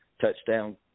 touchdown